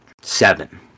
Seven